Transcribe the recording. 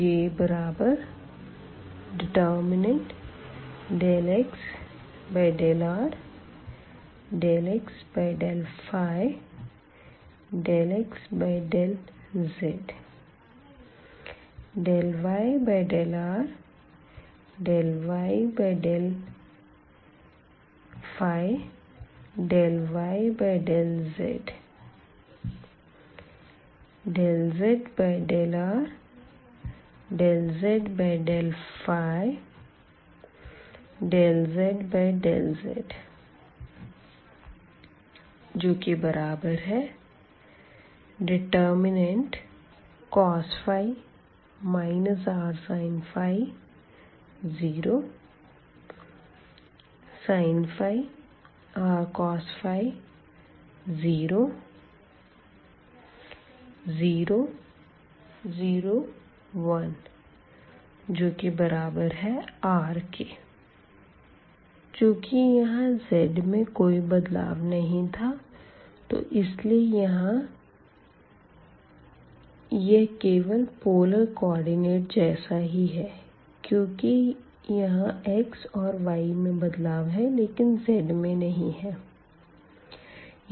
J∂x∂r ∂x∂ϕ ∂x∂z ∂y∂r ∂y∂ϕ ∂y∂z ∂z∂r ∂z∂ϕ ∂z∂z cos rsin 0 sin rcos 0 0 0 1 r चूँकि यहाँ z में कोई बदलाव नहीं था तो इसलिए यह केवल पोलर कोऑर्डिनेट जैसा ही है क्यूंकि यहाँ x और y में बदलाव है लेकिन z में नहीं है